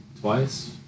twice